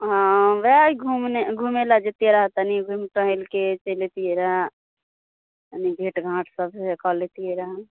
हँ वएह घुमने घुमैलए जेतिए रऽ तनि घुमि टहलिके चलि अइतिए रहै कनि भेँटघाँट सबसँ कऽ लेतिए रहै